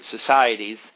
societies